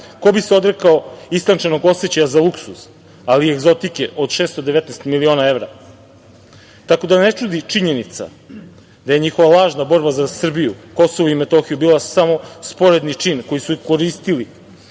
Ko bi se odrekao istančanog osećaja za luksuz, ali i egzotike od 619 miliona evra? Tako da, ne čudi činjenica da je njihova lažna borba za Srbiju, KiM bila samo sporedni čin koji su koristili